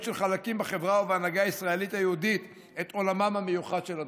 של חלקים בחברה ובהנהגה הישראלית היהודית עם עולמם המיוחד של הדרוזים,